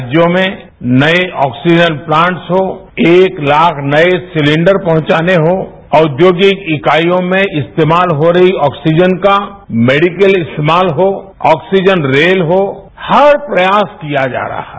राज्यो में नए ऑक्सीजन प्लांट हो एक लाख नए सिलिप्डर पहुंचाने हो औद्योगिक इकाईयों में इस्तेमाल हो रही ऑक्सीजन का मेडिकल इस्तेमाल हो आक्सीजन रेल हो हर प्रयास किया जा रहा है